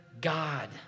God